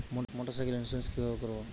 মোটরসাইকেলের ইন্সুরেন্স কিভাবে করব?